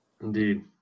Indeed